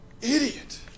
idiot